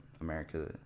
America